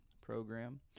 program